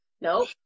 nope